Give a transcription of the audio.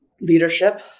leadership